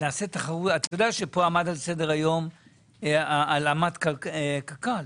אתה יודע שעל סדר-היום עמדה הלאמת קק"ל?